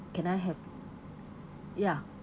can I have ya